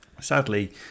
sadly